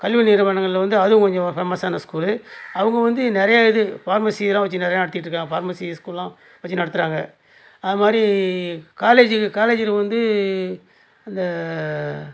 கல்வி நிறுவனங்களில் வந்து அதுவும் கொஞ்சம் ஃபேமஸ்ஸான ஸ்கூல்லு அவங்க வந்து நிறையா இது ஃபார்மஸி இதெல்லாம் வச்சு நிறையா நடத்திக்கிட்டு இருக்காங்க ஃபார்மஸி ஸ்கூல்லாம் வச்சு நடத்துகிறாங்க அது மாதிரி காலேஜி காலேஜில் வந்து அந்த